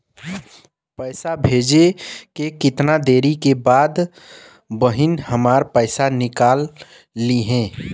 पैसा भेजले के कितना देरी के बाद बहिन हमार पैसा निकाल लिहे?